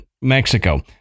Mexico